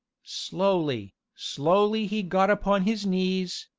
slowly, slowly he got upon his knees,